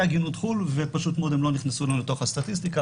עגינות חו"ל ופשוט מאוד הם לא נכנסו לנו לתוך הסטטיסטיקה,